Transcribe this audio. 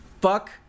fuck